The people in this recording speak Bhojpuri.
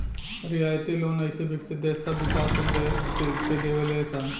रियायती लोन अइसे विकसित देश सब विकाशील देश के देवे ले सन